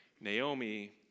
Naomi